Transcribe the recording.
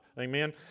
Amen